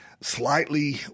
slightly